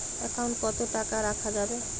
Account কত টাকা রাখা যাবে?